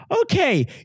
Okay